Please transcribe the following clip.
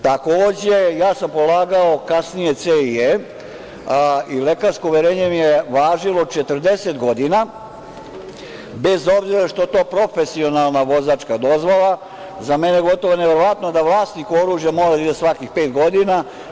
Takođe, polagao sam kasnije „C“ i „E“ i lekarsko uverenje mi je važilo 40 godina, bez obzira što je to profesionalna vozačka dozvola, za mene je gotovo neverovatno da vlasnik oružja mora da ide svakih pet godina.